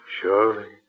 Surely